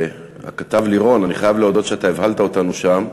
הכתב לירון, אני חייב להודות שאתה הבהלת אותנו שם.